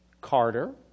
Carter